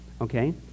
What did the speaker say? Okay